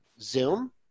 Zoom